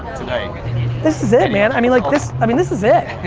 this is it, man. i mean like this i mean this is it.